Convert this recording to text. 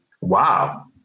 Wow